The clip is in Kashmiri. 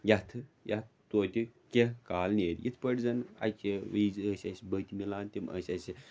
یَتھٕ یَتھ تویتہِ کینٛہہ کال نیرِ یِتھ پٲٹھۍ زَنہٕ اَکہِ وِز ٲسۍ اَسہِ بٔتۍ مِلان تِم ٲسۍ اَسہِ